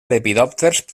lepidòpters